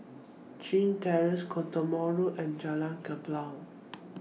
Chin Terrace Cottesmore Road and Jalan Kelempong